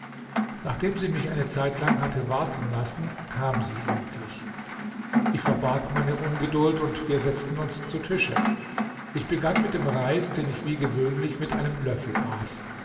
nachdem sie mich eine zeitlang hatte warten lassen kam sie endlich ich verbarg meine ungeduld und wir setzten uns zu tische ich begann mit dem reis den ich wie gewöhnlich mit einem löffel aß